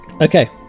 okay